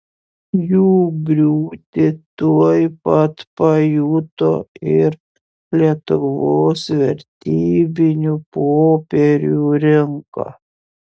jų griūtį tuoj pat pajuto ir lietuvos vertybinių popierių rinka